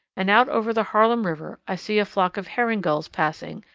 and out over the harlem river i see a flock of herring gulls passing,